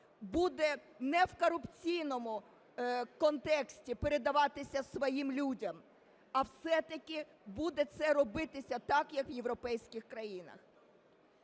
буде не в корупційному контексті передаватися своїм людям, а все-таки буде це робитися так, як у європейських країнах.